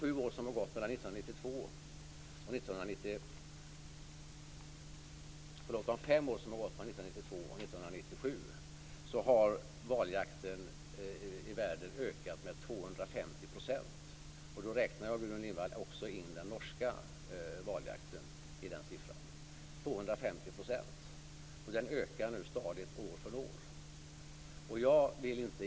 Under fem år, 1992-1997, har valjakten i världen ökat med 250 %. Då räknar jag, Gudrun Lindvall, också in den norska valjakten i den siffran. Den ökar stadigt år från år.